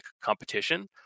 competition